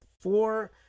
four